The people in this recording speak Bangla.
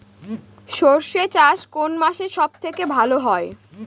সর্ষে চাষ কোন মাসে সব থেকে ভালো হয়?